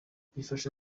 bifasha